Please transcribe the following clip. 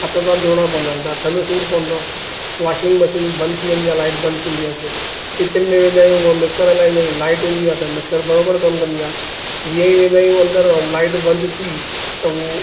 हथ सां धोइण पवंदा आहिनि हथ में सूरु पवंदो आहे वॉशिंग मशीन बंदि थी वेंदी आहे लाइट बंदि थींदी आहे त किचन में वेंदा आहियूं हूअ मिक्सर हलाईंदा आहियूं लाइट हूंदी आहे त मिक्सर बराबरि कमु कंदी आहे जीअं ई वेंदा आहियूं अंदरि ऐं लाइट बंदि थी त हो